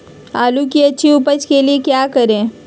आलू की अच्छी उपज के लिए क्या करें?